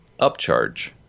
upcharge